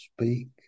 speak